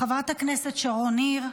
חברת הכנסת שרון ניר,